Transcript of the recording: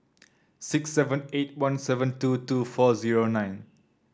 six seven eight one seven two two four zero nine